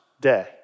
day